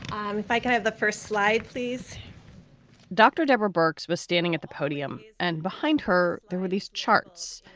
um if i could have the first slide, please dr. deborah burks was standing at the podium and behind her there were these charts,